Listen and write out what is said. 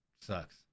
sucks